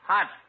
Hot